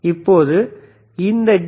இப்போது இந்த டி